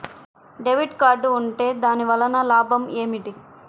Debit card ఉంటే దాని వలన లాభం ఏమిటీ?